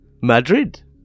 Madrid